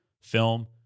film